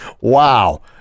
wow